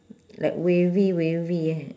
like wavy wavy eh